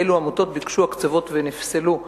4. אילו עמותות ביקשו הקצבות ונפסלו?